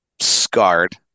scarred